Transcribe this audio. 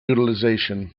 utilization